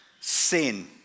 sin